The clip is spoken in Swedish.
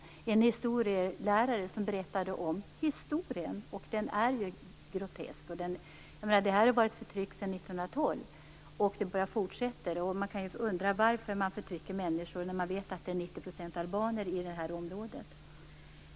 Det var en historielärare som berättade om historien, som är grotesk. Det har varit ett förtryck sedan 1912, och det bara fortsätter. Man kan undra varför människor förtrycks, när det är 90 % albaner i det här området.